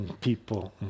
people